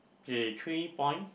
okay three point